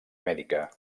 mèdica